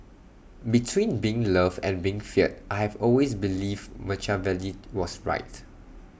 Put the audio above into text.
between being loved and being feared I have always believed Machiavelli was right